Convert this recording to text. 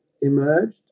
emerged